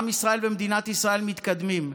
עם ישראל ומדינת ישראל מתקדמים.